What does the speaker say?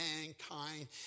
mankind